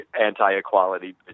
anti-equality